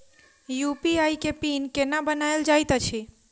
UPI केँ PIN केना बनायल जाइत अछि